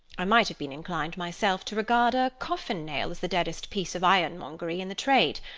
i might have been inclined, myself, to regard a coffin-nail as the deadest piece of ironmongery in the trade.